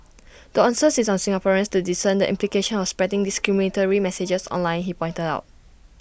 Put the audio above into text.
the onus is on Singaporeans to discern the implications of spreading discriminatory messages online he pointed out